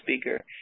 speaker